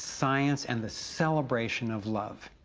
science and the celebration of love.